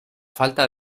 falta